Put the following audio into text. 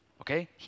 okay